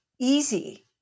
easy